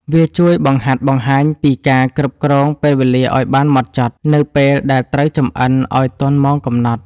វាជួយបង្ហាត់បង្ហាញពីការគ្រប់គ្រងពេលវេលាឱ្យបានហ្មត់ចត់ នៅពេលដែលត្រូវចម្អិនឱ្យទាន់ម៉ោងកំណត់។